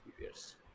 years